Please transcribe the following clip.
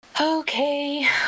Okay